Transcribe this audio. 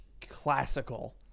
Classical